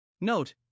Note